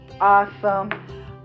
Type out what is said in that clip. awesome